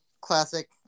classic